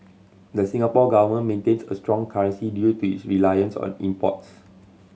the Singapore Government maintains a strong currency due to its reliance on imports